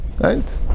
Right